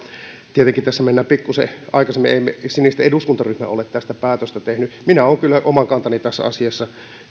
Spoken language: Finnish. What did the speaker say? tietenkin tässä mennään pikkuisen aikaisemmin ei sinisten eduskuntaryhmä ole tästä päätöstä tehnyt minä olen kyllä oman kantani tässä asiassa